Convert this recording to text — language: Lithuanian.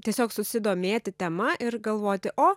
tiesiog susidomėti tema ir galvoti o